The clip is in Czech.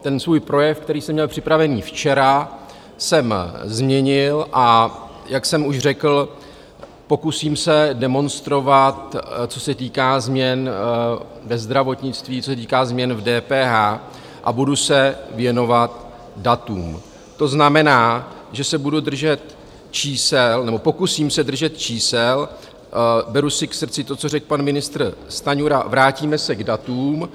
Ten svůj projev, který se měl připravený včera, jsem změnil, a jak jsem už řekl, pokusím se demonstrovat, co se týká změn ve zdravotnictví, co se týká změn v DPH, a budu se věnovat datům, to znamená, že se budu držet čísel, nebo pokusím se držet čísel, beru si k srdci to, co řekl pan ministr Stanjura, vrátíme se k datům.